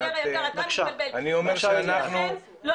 תפקידכם לא